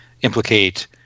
implicate